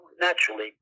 naturally